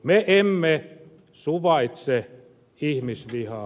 me emme suvaitse ihmisvihaa